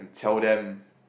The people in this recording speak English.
and tell them